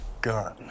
gun